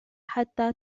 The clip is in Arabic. حتى